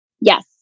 Yes